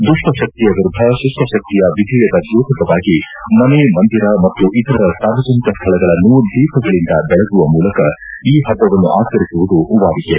ದುಷ್ಪಶಕ್ತಿಯ ವಿರುದ್ದ ಶಕ್ತಿಯ ವಿಜಯದ ದ್ಯೋತಕವಾಗಿ ಮನೆ ಮಂದಿರ ಮತ್ತು ಇತರ ಸಾರ್ವಜನಿಕ ಸ್ಥಳಗಳನ್ನು ದೀಪಗಳಿಂದ ಬೆಳಗುವ ಮೂಲಕ ಈ ಹಬ್ಬವನ್ನು ಆಚರಿಸುವುದು ವಾಡಿಕೆ